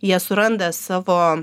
jie suranda savo